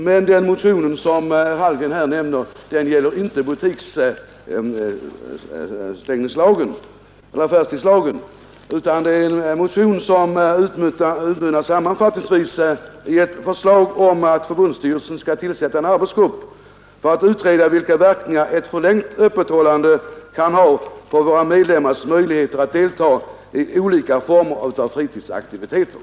Men den motion som herr Hallgren här talar om gällde inte affärstidslagen, utan den utmynnade sammanfattningsvis i ett förslag om att förbundsstyrelsen skulle tillsätta en arbetsgrupp för att utreda vilka verkningar ett förlängt öppethållande kan ha på våra medlemmars möjligheter att delta i olika former av fritidsaktiviteter.